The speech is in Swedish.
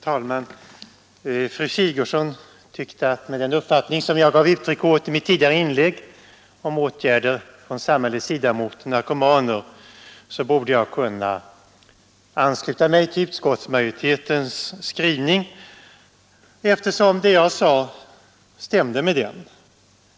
Herr talman! Fru Sigurdsen tyckte att med den uppfattning som jag gav uttryck åt i mitt tidigare inlägg om åtgärder från samhällets sida mot Nr 106 narkomaner borde jag kunna ansluta mig till utskottsmajoritetens Fredagen den skrivning, eftersom det jag sade stämde med den.